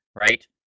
right